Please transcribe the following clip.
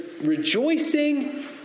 rejoicing